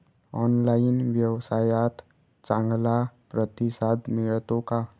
Online व्यवसायात चांगला प्रतिसाद मिळतो का?